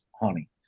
honey